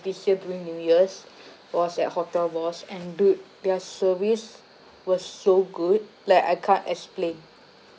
this year during new year's was at hotel boss and dude their service was so good like I can't explain